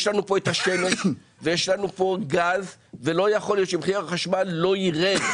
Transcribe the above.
יש לנו פה את השמש ויש לנו פה גז ולא יכול להיות שמחיר החשמל לא ירד.